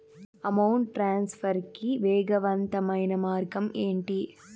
amount transfer కి వేగవంతమైన మార్గం ఏంటి